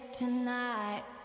tonight